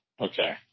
Okay